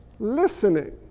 listening